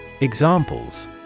Examples